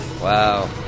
Wow